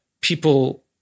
people